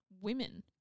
women